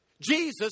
Jesus